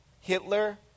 Hitler